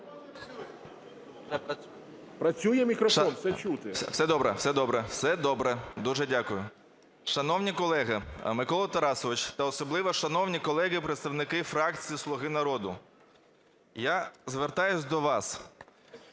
Працює мікрофон, все чути.